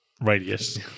radius